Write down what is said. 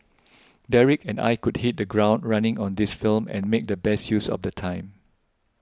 Derek and I could hit the ground running on this film and make the best use of the time